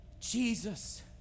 Jesus